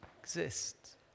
exists